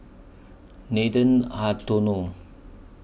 Nathan Hartono